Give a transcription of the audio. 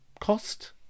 cost